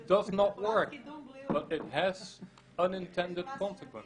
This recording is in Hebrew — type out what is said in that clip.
הוא מדבר על-כך שחבילות אחידות לא מונעות מאנשים לעשן.